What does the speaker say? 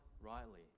rightly